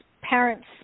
parents